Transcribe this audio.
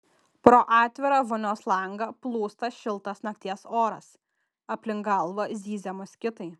pro atvirą vonios langą plūsta šiltas nakties oras aplink galvą zyzia moskitai